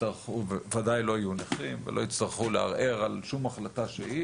ודאי לא יהיו נכים ולא יצטרכו לערער על שום החלטה שהיא